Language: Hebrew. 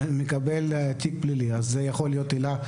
ומקבל תיק פלילי זו יכולה להיות עילה?